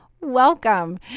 Welcome